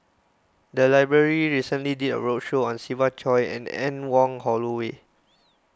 the library recently did a roadshow on Siva Choy and Anne Wong Holloway